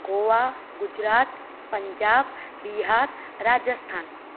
Goa Gujarat Punjab Bihar Rajasthan